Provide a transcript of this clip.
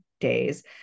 days